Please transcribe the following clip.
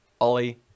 ollie